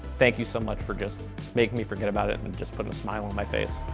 thank you so much for just making me forget about it and just putting a smile on my face.